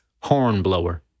Hornblower